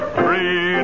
free